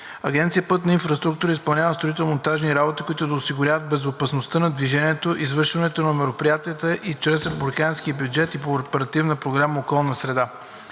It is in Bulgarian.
Агенция „Пътна инфраструктура“ изпълнява строително-монтажни работи, които да осигурят безопасността на движението. Извършването на мероприятията е чрез републиканския бюджет и по Оперативна програма „Околна среда“.